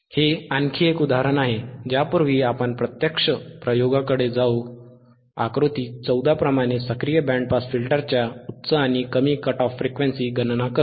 हे आणखी एक उदाहरण आहे ज्यापूर्वी आपण प्रत्यक्ष प्रयोगाकडे जाऊ आकृती 14 प्रमाणे सक्रिय बँड पास फिल्टरच्या उच्च आणि कमी कट ऑफ फ्रिक्वेन्सीची गणना करू